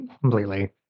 completely